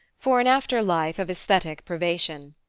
for an after-life of aesthetic privation.